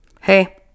Hey